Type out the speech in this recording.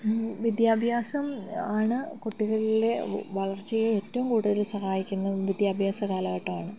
വിദ്യാഭ്യാസം ആണ് കുട്ടികളിലെ വളർച്ചയെ ഏറ്റവും കൂടുതൽ സഹായിക്കുന്ന വിദ്യാഭ്യാസ കാലഘട്ടമാണ്